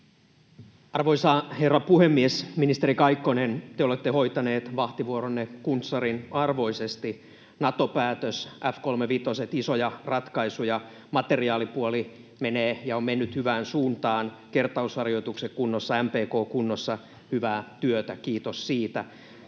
Arvoisa herra puhemies! Ministeri Kaikkonen, te olette hoitanut vahtivuoronne kuntsarin arvoisesti. Nato-päätös, F-kolmevitoset — isoja ratkaisuja. Materiaalipuoli menee ja on mennyt hyvään suuntaan. Kertausharjoitukset kunnossa, MPK kunnossa — hyvää työtä, kiitos siitä.